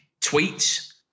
tweets